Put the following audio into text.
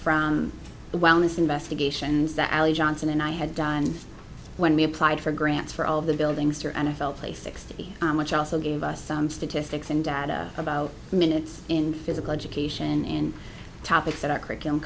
from the wellness investigations that johnson and i had done when we applied for grants for all of the buildings for n f l play sixty which also gave us some statistics and data about minutes in physical education and topics that our curriculum